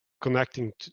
connecting